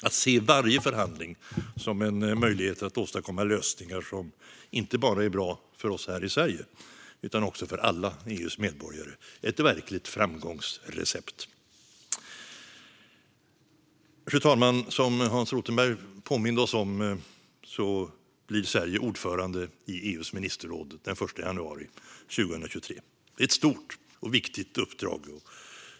Att se varje förhandling som en möjlighet att åstadkomma lösningar som inte bara är bra för oss här i Sverige utan också för alla EU:s medborgare är ett verkligt framgångsrecept. Fru talman! Som Hans Rothenberg påminde om blir Sverige ordförande i EU:s ministerråd den 1 januari 2023. Det är ett stort och viktigt uppdrag.